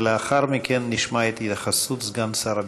ולאחר מכן נשמע את התייחסות סגן שר הביטחון.